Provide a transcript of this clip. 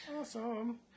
Awesome